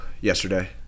yesterday